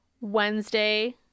wednesday